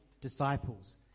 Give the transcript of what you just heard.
disciples